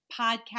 podcast